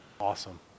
Awesome